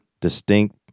distinct